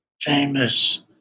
famous